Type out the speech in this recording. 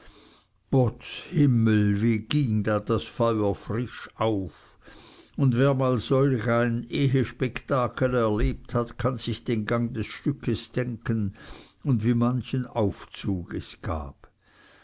potz himmel wie ging da das feuer frisch auf und wer mal selbst solch ehespektakel erlebt hat kann sich den gang des stückes denken und wie manchen aufzug es gab